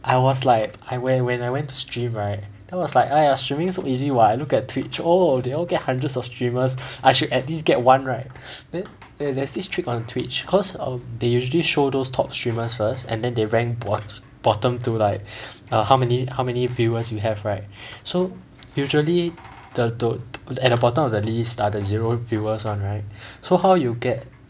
I was like I when when I went to stream right then I was like !aiya! streaming so easy [what] look at Twitch oh they all get hundreds of streamers I should at least get one right then there's there's this trick on Twitch cause err they usually show those top streamers first and then they rank bot~ bottom to like err how many how many viewers you have right so usually the tho~ the bottom of the list are the zero viewers [one] right so how you get